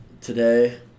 today